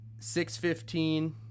6.15